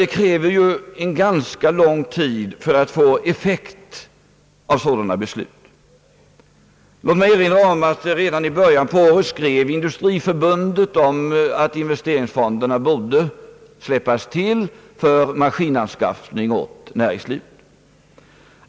Det kräver ju en ganska lång tid att få en effekt av sådana beslut. Låt mig erinra om att Industriförbundet redan i början av året begärde att investeringsfonderna borde släppas för maskinanskaffning åt näringslivet.